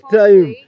time